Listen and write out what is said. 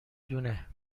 دونه